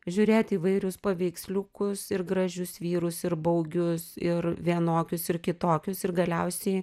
žiūrėti įvairius paveiksliukus ir gražius vyrus ir baugius ir vienokius ir kitokius ir galiausiai